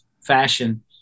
fashion